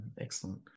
Excellent